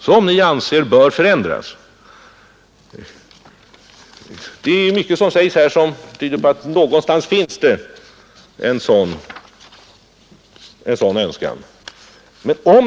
Av vissa uttalanden här får jag intrycket att det någonstans kan finnas en sådan önskan.